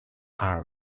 are